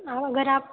आप अगर आप